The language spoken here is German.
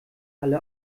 alle